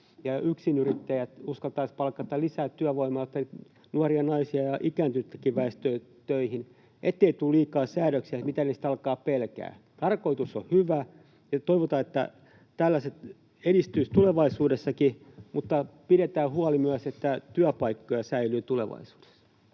ja yksinyrittäjät uskaltaisivat palkata lisää työvoimaa, jotta nuoria naisia ja ikääntynyttäkin väestöä saadaan töihin — ettei tule liikaa säädöksiä, mitä ne sitten alkavat pelkäämään. Tarkoitus on hyvä, ja toivotaan, että tällaiset edistyisivät tulevaisuudessakin, mutta pidetään huoli myös, että työpaikkoja säilyy tulevaisuudessa.